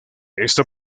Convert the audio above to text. esto